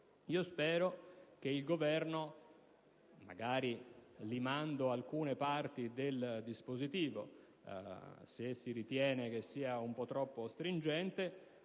allora che il Governo - magari limando alcune parti del dispositivo, se si ritiene che sia troppo stringente